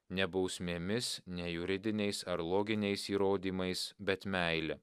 ne bausmėmis ne juridiniais ar loginiais įrodymais bet meile